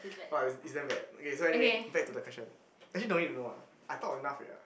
!wah! is is damn bad okay so anyway back to the question actually don't need to know lah I talk enough already what